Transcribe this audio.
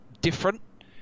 different